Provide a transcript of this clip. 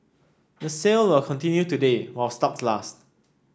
the sale will continue today while stocks last